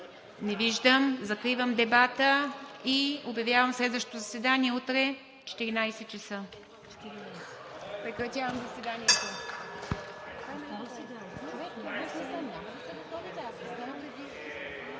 Не виждам. Закривам дебата. Обявявам следващото заседание – утре от 14,00 ч.